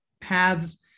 paths